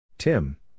Tim